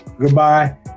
Goodbye